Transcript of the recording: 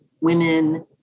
women